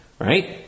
right